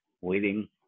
waiting